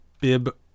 bib